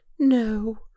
no